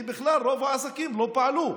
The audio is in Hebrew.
כי בכלל רוב העסקים לא פעלו.